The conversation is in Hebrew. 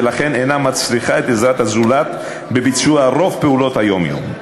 ולכן אינה מצריכה את עזרת הזולת בביצוע רוב פעולות היום-יום.